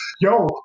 yo